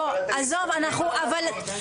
בוא עזוב -- אבל אתם מסתכלים על הנתונים -- אורן,